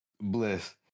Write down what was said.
bliss